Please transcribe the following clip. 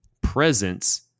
presence